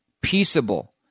peaceable